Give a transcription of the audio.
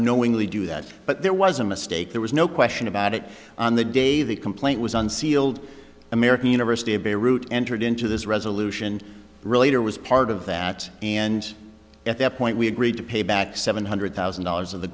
knowingly do that but there was a mistake there was no question about it on the day the complaint was unsealed american university of beirut entered into this resolution really or was part of that and at that point we agreed to pay back seven hundred thousand dollars of the